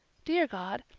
dear god,